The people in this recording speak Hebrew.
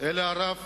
אלא הרב